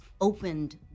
opened